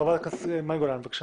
חברת הכנסת מאי גולן בבקשה.